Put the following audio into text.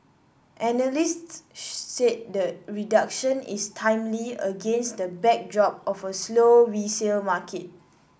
analysts said the reduction is timely against the backdrop of a slow resale market